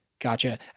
Gotcha